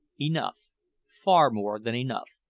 enough far more than enough!